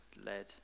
led